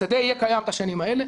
השדה יהיה קיים בשנים האלה.